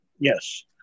Yes